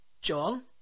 John